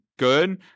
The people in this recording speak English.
good